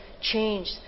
change